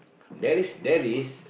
there is there is